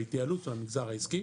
בהתייעלות של המגזר העסקי,